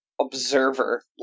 observer